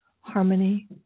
harmony